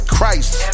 Christ